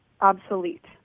obsolete